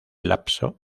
lapso